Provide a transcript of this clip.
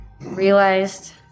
realized